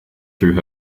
through